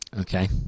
Okay